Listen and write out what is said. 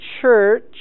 church